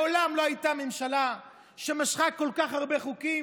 מעולם לא הייתה ממשלה שמשכה כל כך הרבה חוקים,